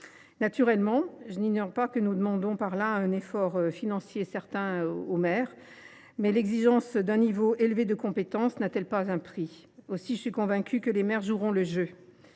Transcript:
Naturellement, je n’ignore pas que nous demandons, par là, un certain effort financier aux maires. Mais l’exigence d’un niveau élevé de compétences n’a t elle pas un prix ? Aussi suis je convaincue que les maires joueront le jeu.